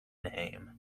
name